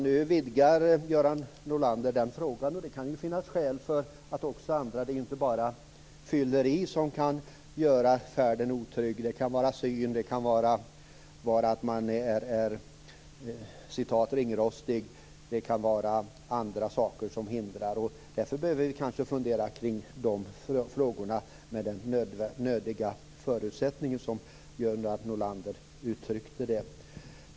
Nu vidgar Göran Norlander den frågan, och det kan det finnas skäl för. Det är ju inte bara fylleri som kan göra färden otrygg - det kan vara synen, det kan vara att man är "ringrostig" och det kan vara andra saker som hindrar. Därför behöver vi kanske fundera kring frågorna om nödiga förutsättningar, som Göran Norlander uttryckte det.